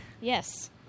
Yes